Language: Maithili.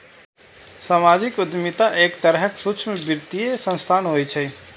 सामाजिक उद्यमिता एक तरहक सूक्ष्म वित्तीय संस्थान होइ छै